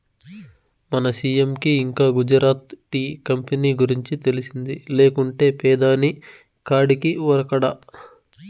మన సీ.ఎం కి ఇంకా గుజరాత్ టీ కంపెనీ గురించి తెలిసింది లేకుంటే పెదాని కాడికి ఉరకడా